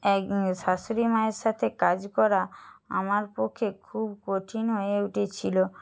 শাশুড়ি মায়ের সাথে কাজ করা আমার পক্ষে খুব কঠিন হয়ে উঠেছিলো